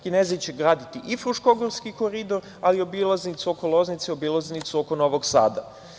Kinezi će graditi i fruškogorski koridor, ali i obilaznicu oko Loznice i obilaznicu oko Novog Sada.